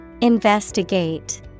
Investigate